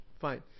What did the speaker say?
fine